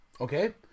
okay